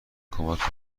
کمک